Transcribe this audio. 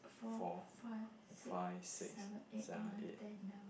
four five six seven eight nine ten eleven